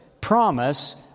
promise